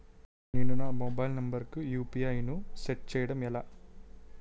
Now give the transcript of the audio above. నేను నా mobile number కుయు.పి.ఐ ను సెట్ చేయడం ఎలా?